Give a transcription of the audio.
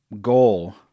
goal